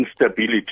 instability